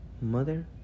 mother